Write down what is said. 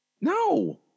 No